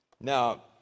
Now